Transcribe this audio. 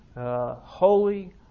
holy